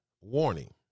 warning